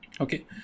okay